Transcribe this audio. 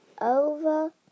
over